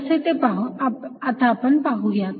कसे ते आता आपण पाहूयात